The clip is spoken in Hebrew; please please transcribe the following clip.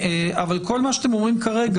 אבל כל מה שאתם אומרים כרגע,